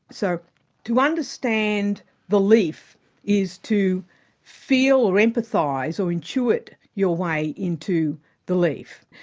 so to understand the leaf is to feel or emphathise or intuit your way into the leaf.